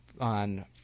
on